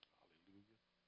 Hallelujah